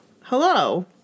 Hello